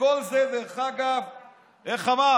וכל זה, איך אמר